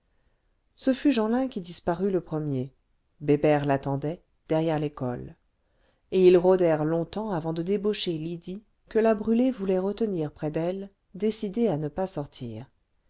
ce fut jeanlin qui disparut le premier bébert l'attendait derrière l'école et ils rôdèrent longtemps avant de débaucher lydie que la brûlé voulait retenir près d'elle décidée à ne pas sortir